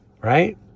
Right